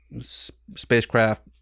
spacecraft